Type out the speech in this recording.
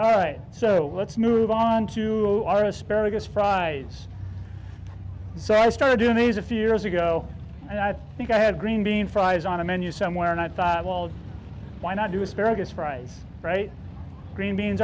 all right so let's move on to our asparagus fries so i started doing these a few years ago and i think i had green bean fries on a menu somewhere and i thought why not do asparagus fries bright green beans